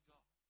God